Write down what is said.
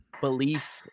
belief